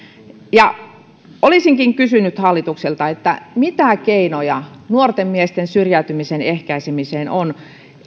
tähän olisinkin kysynyt hallitukselta mitä keinoja nuorten miesten syrjäytymisen ehkäisemiseen on